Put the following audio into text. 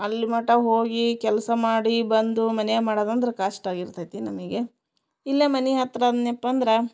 ಅಲ್ಲಿ ಮಟ ಹೋಗಿ ಕೆಲಸ ಮಾಡಿ ಬಂದು ಮನ್ಯಾಗ ಮಾಡೋದ್ ಅಂದ್ರೆ ಕಷ್ಟಾಗ ಇರ್ತೈತಿ ನಮಗೆ ಇಲ್ಲೇ ಮನೆ ಹತ್ರ ಅಂದ್ನ್ಯಪ್ಪ ಅಂದ್ರೆ